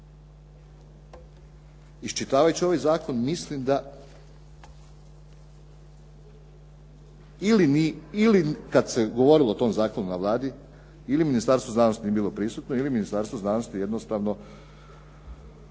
Iščitavajući ovaj zakon mislim da ili kad se govorilo o tom zakonu na Vladi ili Ministarstvo znanosti nije bilo prisutno ili je Ministarstvo znanosti jednostavno